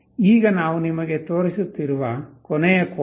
ಈಗ ನಾವು ನಿಮಗೆ ತೋರಿಸುತ್ತಿರುವ ಕೊನೆಯ ಕೋಡ್